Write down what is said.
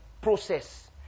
process